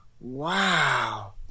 Wow